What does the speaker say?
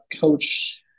Coach